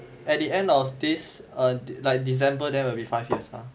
at the end of this err like december then will be five years lah